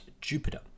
Jupiter